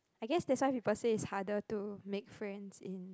I guess that's why people say it's harder to make friends in